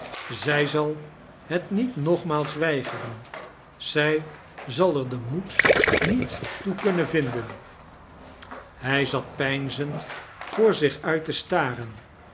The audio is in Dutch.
zdj zal het niet nogmaals weigeran zij zal er den moed niet toe kunnen vinden hij zat pednzend voor zich nit te stamen